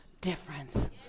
difference